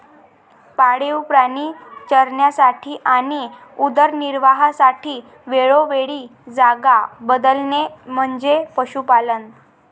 पाळीव प्राणी चरण्यासाठी आणि उदरनिर्वाहासाठी वेळोवेळी जागा बदलणे म्हणजे पशुपालन